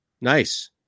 Nice